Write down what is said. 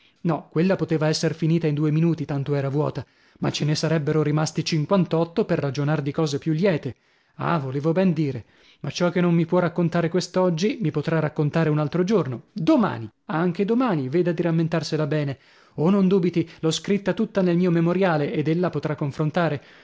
no quella poteva esser finita in due minuti tanto era vuota ma ce ne sarebbero rimasti cinquantotto per ragionar di cose più liete ah volevo ben dire ma ciò che non mi può raccontare quest'oggi mi potrà raccontare un altro giorno domani anche domani veda di rammentarsela bene oh non dubiti l'ho scritta tutta nel mio memoriale ed ella potrà confrontare